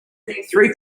three